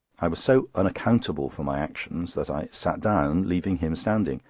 i was so unaccountable for my actions that i sat down, leaving him standing.